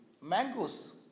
mangoes